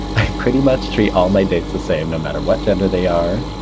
i pretty much treat all my dates the same no matter what gender they are.